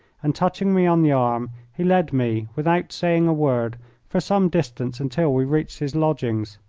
and touching me on the arm he led me without saying a word for some distance until we reached his lodgings.